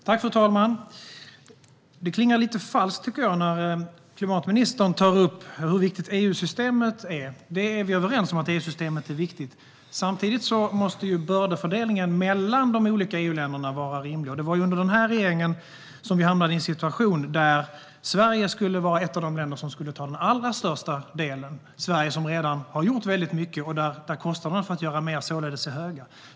Fru talman! Jag tycker att det klingar lite falskt när klimatministern tar upp hur viktigt EU-systemet är. Vi är överens om att EU-systemet är viktigt. Samtidigt måste bördefördelningen mellan de olika EU-länderna vara rimlig. Det var under denna regering som vi hamnade i en situation där Sverige skulle vara ett av de länder som skulle ta den allra största delen. Sverige har ju redan gjort väldigt mycket, och kostnaderna för att göra mer är således höga.